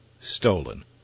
stolen